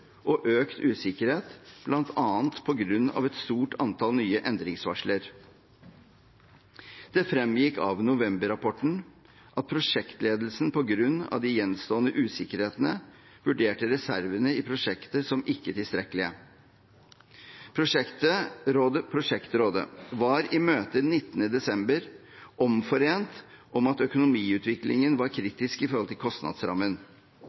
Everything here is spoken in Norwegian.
og økt usikkerhet, bl.a. på grunn av et stort antall nye endringsvarsler. Det fremgikk av november-rapporten at prosjektledelsen på grunn av de gjenstående usikkerhetene vurderte reservene i prosjektet som ikke tilstrekkelige. Prosjektrådet var i møtet 19. desember omforent om at økonomiutviklingen var kritisk i forhold til kostnadsrammen.